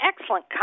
excellent